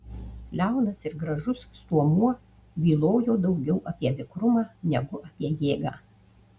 liaunas ir gražus stuomuo bylojo daugiau apie vikrumą negu apie jėgą